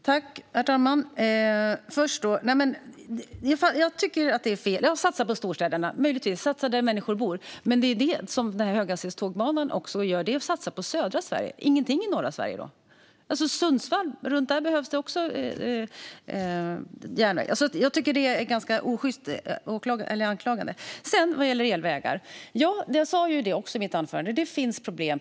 Herr talman! Möjligtvis är det fel att satsa på storstäderna, men man måste satsa där människor bor, och det är ju det som man gör med höghastighetsbanorna. Man satsar på södra Sverige men ingenting i norra Sverige. Runt Sundsvall behövs det också järnväg. Jag tycker att det är en ganska osjyst anklagelse. När det gäller elvägar sa jag i mitt anförande att det finns problem.